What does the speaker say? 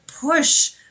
push